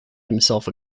himself